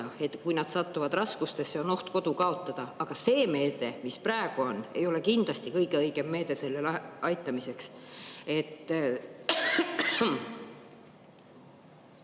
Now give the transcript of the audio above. kui nad satuvad raskustesse, kui on oht kodu kaotada. Aga see meede, mis praegu on, ei ole kindlasti kõige õigem meede aitamiseks.